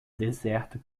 deserto